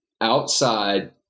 outside